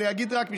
אני אהיה מאוד